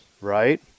right